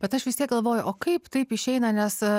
bet aš vis tiek galvoju o kaip taip išeina nes